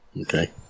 Okay